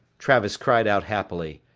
travis cried out happily,